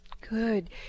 Good